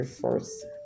first